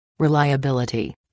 reliability